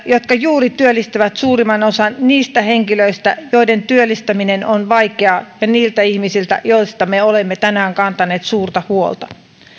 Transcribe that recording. jotka juuri työllistävät suurimman osan niistä henkilöistä joiden työllistyminen on vaikeaa ja joista me olemme tänään kantaneet suurta huolta